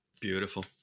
Beautiful